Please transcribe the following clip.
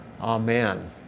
Amen